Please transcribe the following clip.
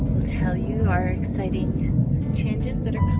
we'll tell you our exciting chabges that are